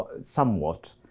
somewhat